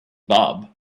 bob